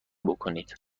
بکنید